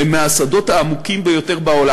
הם מהשדות העמוקים ביותר בעולם.